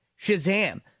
Shazam